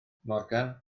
morgan